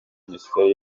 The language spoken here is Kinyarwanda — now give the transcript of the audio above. minisiteri